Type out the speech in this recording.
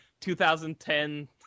2010